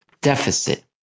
deficit